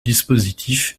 dispositif